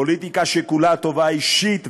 פוליטיקה שכולה הטובה האישית.